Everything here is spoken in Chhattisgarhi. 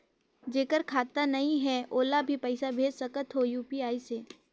जेकर खाता नहीं है ओला भी पइसा भेज सकत हो यू.पी.आई से?